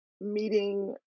meeting